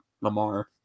lamar